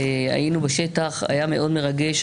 היינו בשטח, היה מאוד מרגש.